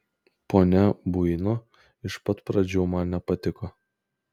ponia buino iš pat pradžių man nepatiko